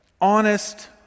honest